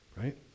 right